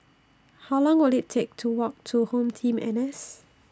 How Long Will IT Take to Walk to HomeTeam N S